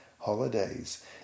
Holidays